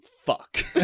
Fuck